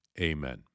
Amen